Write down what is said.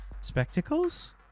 Spectacles